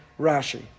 Rashi